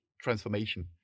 transformation